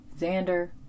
Xander